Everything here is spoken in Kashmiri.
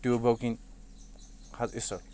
ٹیوبو کِنۍ حظ ایٚسِڈ